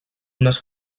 unes